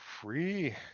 free